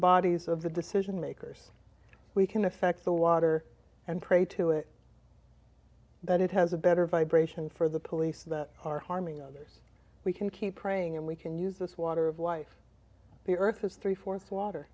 bodies of the decision makers we can affect the water and pray to it that it has a better vibration for the police that are harming others we can keep praying and we can use this water of life the earth is three fourths water